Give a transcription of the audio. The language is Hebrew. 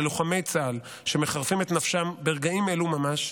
ללוחמי צה"ל שמחרפים את נפשם ברגעים אלה ממש.